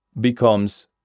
becomes